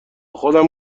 خودم